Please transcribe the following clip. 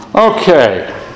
Okay